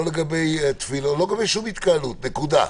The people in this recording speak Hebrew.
לא לגבי שום התקהלות, נקודה.